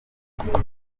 bitinda